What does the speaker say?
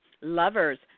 lovers